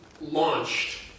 launched